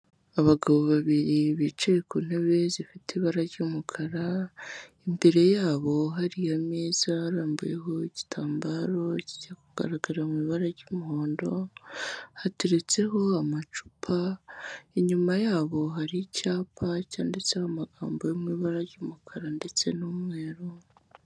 Abagabo babiri bicaye ku ntebe zifite ibara ry'umukara, imbere yabo hari ameza arambuyeho igitambaro kijya kugaragara mu ibara ry'umuhondo, hateretseho amacupa, inyuma yabo hari icyapa cyanditseho amagambo yo mu ibara ry'umukara ndetse n'umweru.